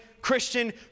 Christian